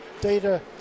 data